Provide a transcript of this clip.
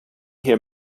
hier